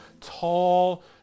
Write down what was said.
tall